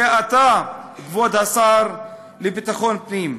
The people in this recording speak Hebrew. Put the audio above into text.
זה אתה, כבוד השר לביטחון פנים.